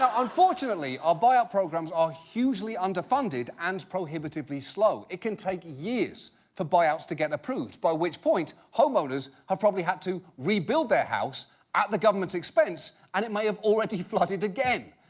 our ah buy-out programs are hugely underfunded and prohibitively slow. it can take years for buy-outs to get approved, by which point, homeowner's have probably had to rebuild their house at the government's expense and it may have already flooded again.